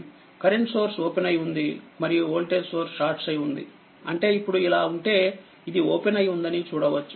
current source open అయి ఉంది మరియు వోల్టేజ్ సోర్స్ షార్ట్ అయి ఉందిఅంటేఇప్పుడు ఇలా ఉంటే ఇది ఓపెన్ అయి ఉందని చూడవచ్చు